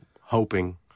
hoping